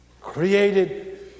Created